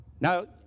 Now